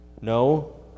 no